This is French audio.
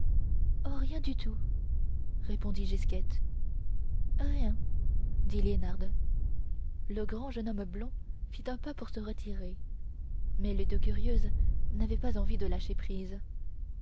oh rien du tout répondit gisquette rien dit liénarde le grand jeune homme blond fit un pas pour se retirer mais les deux curieuses n'avaient pas envie de lâcher prise